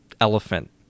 elephant